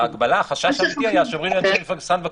החשש האמיתי היה שאומרים למשרד למבקר